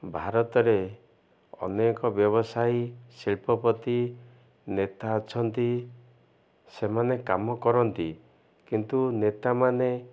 ଭାରତରେ ଅନେକ ବ୍ୟବସାୟୀ ଶିଳ୍ପପତି ନେତା ଅଛନ୍ତି ସେମାନେ କାମ କରନ୍ତି କିନ୍ତୁ ନେତାମାନେ